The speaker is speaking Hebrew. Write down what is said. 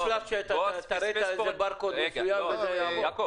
יש שלב שאתה תראה ברקוד מסוים וזה יעבוד.